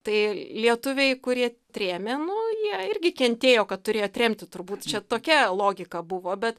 tai lietuviai kurie trėmė nu jie irgi kentėjo kad turėjo atremti turbūt čia tokia logika buvo bet